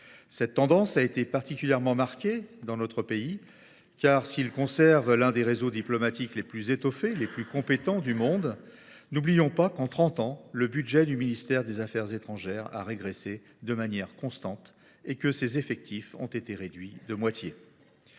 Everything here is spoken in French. Cette tendance a été particulièrement marquée dans notre pays. Car, s’il conserve l’un des réseaux diplomatiques les plus étoffés et les plus compétents au monde, n’oublions pas que, en trente ans, le budget du ministère des affaires étrangères a régressé de manière constante et que ses effectifs ont été réduits de moitié.